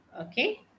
Okay